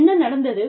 என்ன நடந்தது